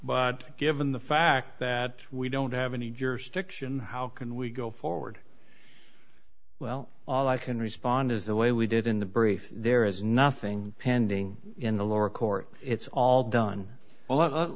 but given the fact that we don't have any jurisdiction how can we go forward well i can respond is the way we did in the brief there is nothing pending in the lower court it's all done well